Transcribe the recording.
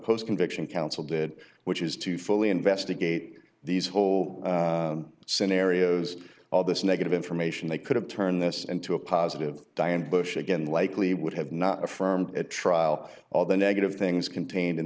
post conviction counsel did which is to fully investigate these whole scenarios all this negative information they could have turned this into a positive diane bush again likely would have not affirmed at trial all the negative things contained in